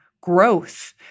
growth